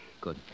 Good